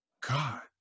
God